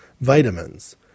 vitamins